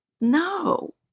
No